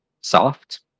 soft